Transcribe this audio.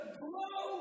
blow